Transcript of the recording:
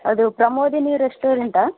ಅದು ಪ್ರಮೋದಿನಿ ರೆಸ್ಟೋರೆಂಟಾ